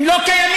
הם לא קיימים.